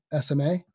SMA